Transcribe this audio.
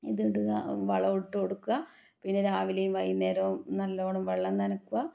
ഇതിടുക വളമിട്ട് കൊടുക്കുക പിന്നേ രാവിലേം വൈകുന്നേരോം നല്ലോണം വെള്ളം നനക്കുക